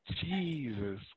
Jesus